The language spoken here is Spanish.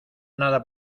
nada